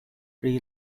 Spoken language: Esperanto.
pri